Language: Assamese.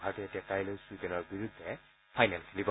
ভাৰতে এতিয়া কাইলৈ ছুইডেনৰ বিৰুদ্ধে ফাইনেল খেলিব